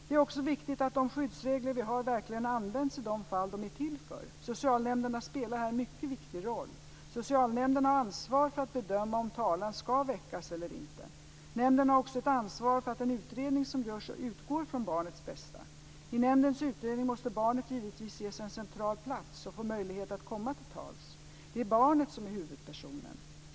Det är också viktigt att de skyddsregler vi har verkligen används i de fall de är till för. Socialnämnderna spelar här en mycket viktig roll. Socialnämnden har ansvar för att bedöma om talan ska väckas eller inte. Nämnden har också ett ansvar för att den utredning som görs utgår från barnets bästa. I nämndens utredning måste barnet givetvis ges en central plats och få möjlighet att komma till tals . Det är barnet som är huvudpersonen.